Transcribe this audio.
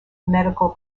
medical